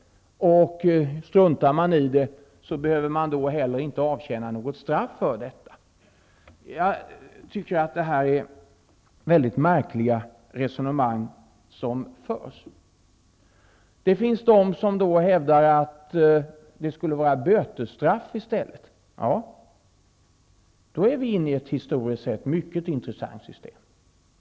Om man struntar i att göra det, behöver man inte heller avtjäna något straff för det. Det tycker jag är ett märkligt resonemang. Det finns de som hävdar att det skall vara bötesstraff i stället. Ja, då är vi inne i ett historiskt sett mycket intressant system.